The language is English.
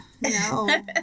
No